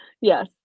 Yes